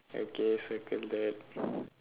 okay circle that